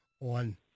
on